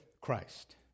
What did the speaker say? Christ